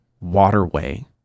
waterway